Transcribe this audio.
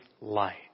light